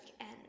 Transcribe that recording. end